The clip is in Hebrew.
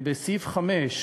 בסעיף 5: